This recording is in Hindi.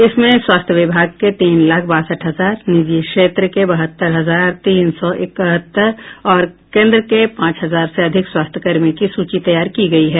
इसमें स्वास्थ्य विभाग के तीन लाख बासठ हजार निजी क्षेत्र के बहत्तर हजार तीन सौ इकहत्तर और केन्द्र के पांच हजार से अधिक स्वास्थ्यकर्मी की सूची तैयार की गई है